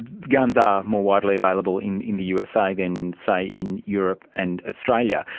and yeah and more widely available in in the usa than, say, in europe and australia.